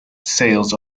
sales